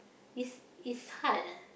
is is hard ah